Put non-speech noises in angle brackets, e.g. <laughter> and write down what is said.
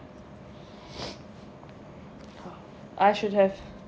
<breath> I should have